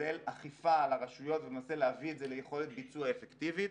כולל אכיפה על הרשויות ולמעשה להביא את זה ליכולת ביצוע אפקטיבית.